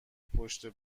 پشت